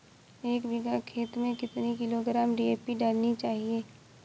एक बीघा खेत में कितनी किलोग्राम डी.ए.पी डालनी चाहिए?